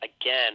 again